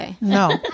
No